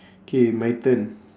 K my turn